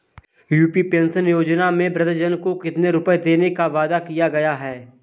UP pension योजना में वृद्धजन को कितनी रूपये देने का वादा किया गया है?